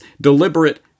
Deliberate